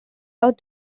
out